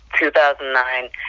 2009